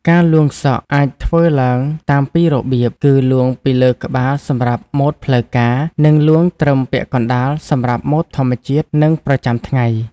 ការលួងសក់អាចធ្វើឡើងតាមពីររបៀបគឺ លួងពីលើក្បាលសម្រាប់ម៉ូតផ្លូវការ និងលួងត្រឹមពាក់កណ្តាលសម្រាប់ម៉ូតធម្មជាតិ និងប្រចាំថ្ងៃ។